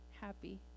happy